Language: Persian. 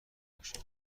باشه